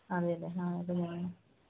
അതെ അല്ലെ ആ